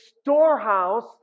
storehouse